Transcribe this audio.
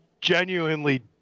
genuinely